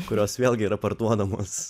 kurios vėlgi yra parduodamos